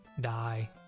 die